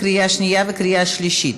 לקריאה שנייה וקריאה שלישית.